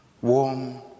warm